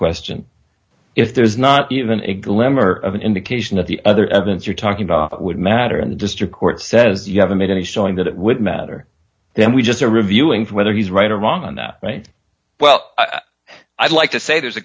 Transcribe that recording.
question if there's not even a glimmer of an indication of the other evidence you're talking about that would matter in the district court says you haven't made any showing that it would matter then we just are reviewing whether he's right or wrong and right well i'd like to say there's a